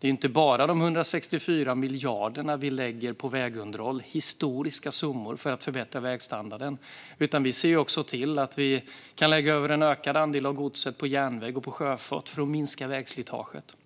Vi lägger inte bara 164 miljarder - en historisk summa - på vägunderhåll för att förbättra vägstandarden, utan vi ser också till att vi kan lägga över en ökad andel av godset på järnväg och sjöfart för att minska vägslitaget.